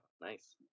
nice